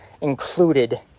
included